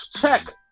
check